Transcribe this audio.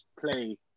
play